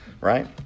right